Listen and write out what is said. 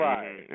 Right